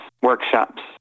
workshops